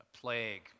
plague